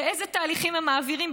ואיזה תהליכים הם מעבירים,